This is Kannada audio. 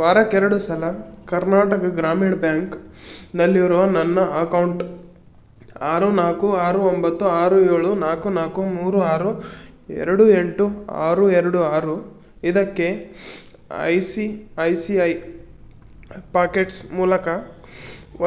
ವಾರಕ್ಕೆರಡು ಸಲ ಕರ್ನಾಟಕ ಗ್ರಾಮೀಣ್ ಬ್ಯಾಂಕ್ ನಲ್ಲಿರೋ ನನ್ನ ಅಕೌಂಟ್ ಆರು ನಾಲ್ಕು ಆರು ಒಂಬತ್ತು ಆರು ಏಳು ನಾಲ್ಕು ನಾಲ್ಕು ಮೂರು ಆರು ಎರಡು ಎಂಟು ಆರು ಎರಡು ಆರು ಇದಕ್ಕೆ I C I C I pockets ಮೂಲಕ